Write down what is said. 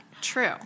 True